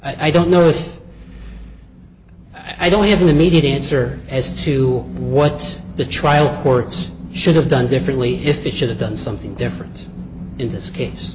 fits i don't know if i don't have an immediate answer as to what the trial courts should have done differently if it should have done something different in this case